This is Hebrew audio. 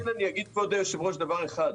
לכן אגיד דבר אחד,